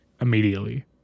immediately